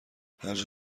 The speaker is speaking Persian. هرجا